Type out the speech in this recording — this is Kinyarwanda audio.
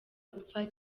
gupfa